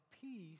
peace